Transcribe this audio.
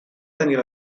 tenir